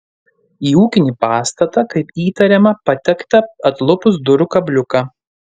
į ūkinį pastatą kaip įtariama patekta atlupus durų kabliuką